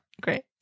Great